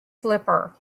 flipper